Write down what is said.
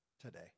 today